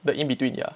the in between yeah